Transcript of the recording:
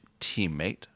teammate